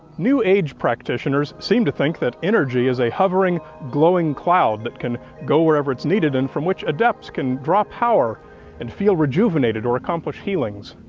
new age practitioners seem to think that energy is a hovering, glowing cloud that can go wherever it's needed and from which adepts can draw power and feel rejuvenated or accomplish healings.